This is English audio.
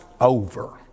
over